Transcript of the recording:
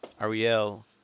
Ariel